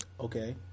Okay